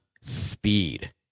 speed